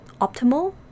optimal